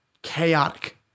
Chaotic